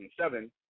2007